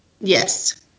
yes